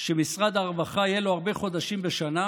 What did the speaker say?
שמשרד הרווחה, יהיו לו הרבה חודשים בשנה